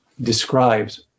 describes